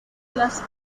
las